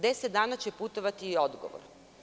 Deset dana će putovati i odgovor.